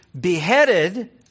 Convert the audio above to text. beheaded